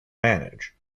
manage